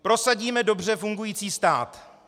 Prosadíme dobře fungující stát.